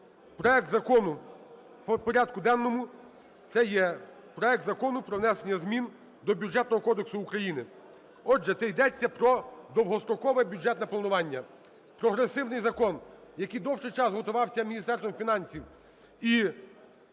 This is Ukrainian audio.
проект Закону по порядку денному, це є проект Закону про внесення змін до Бюджетного кодексу України. Отже, це йдеться про довгострокове бюджетне планування. Прогресивний закон, який довгий час готувався Міністерством фінансів і